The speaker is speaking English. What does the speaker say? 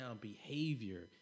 behavior